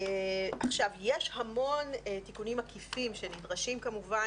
יש המון תיקונים עקיפים שנדרשים כמובן